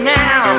now